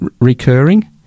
recurring